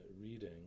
reading